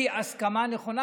היא הסכמה נכונה,